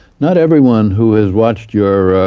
not everyone who has watched your